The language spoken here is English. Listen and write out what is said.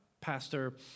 Pastor